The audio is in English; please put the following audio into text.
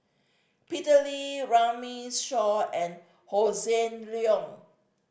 Peter Lee Runme Shaw and Hossan Leong